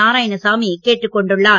நாராயணசாமி கேட்டுக் கொண்டுள்ளார்